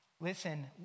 Listen